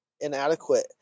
inadequate